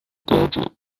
gadget